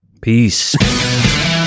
peace